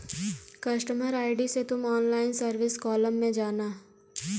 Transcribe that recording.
customer ID से तुम online service column में जाना